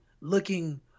looking